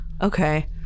Okay